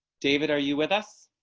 david, are you with us.